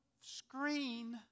screen